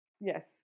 Yes